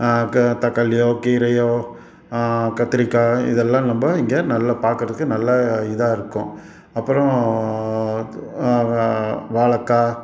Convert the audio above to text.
க தக்காளியோ கீரையோ கத்திரிக்காய் இதெல்லாம் நம்ப இங்கே நல்ல பார்க்கறதுக்கு நல்லா இதாக இருக்கும் அப்புறோம் வாழக்காய்